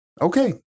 Okay